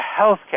healthcare